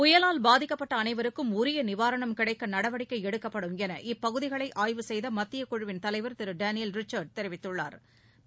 புயலால் பாதிக்கப்பட்ட அனைவருக்கும் உரிய நிவாரணம் கிடைக்க நடவடிக்கை எடுக்கப்படும் என இப்பகுதிகளை ஆய்வு செய்த மத்திய குழுவின் தலைவா் திரு டேனியல் ரிச்சா்ட் தெரிவித்துள்ளாா்